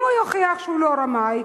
אם הוא יוכיח שהוא לא רמאי,